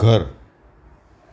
ઘર